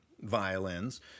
violins